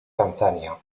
tanzania